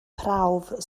prawf